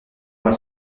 moi